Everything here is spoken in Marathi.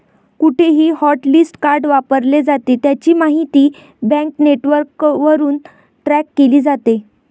कुठेही हॉटलिस्ट कार्ड वापरले जाते, त्याची माहिती बँक नेटवर्कवरून ट्रॅक केली जाते